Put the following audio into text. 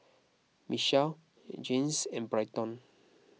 Michelle Janyce and Bryton